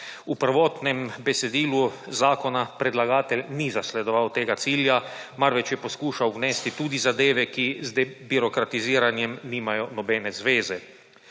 V prvotnem besedilu zakona predlagatelj ni zasledoval tega cilja, marveč je poskušal vnesti tudi zadeve, ki z debirokratiziranjem nimajo nobene zveze.